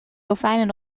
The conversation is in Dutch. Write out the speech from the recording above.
dolfijnen